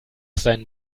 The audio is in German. sein